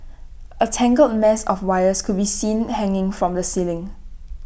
A tangled mess of wires could be seen hanging from the ceiling